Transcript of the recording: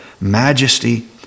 majesty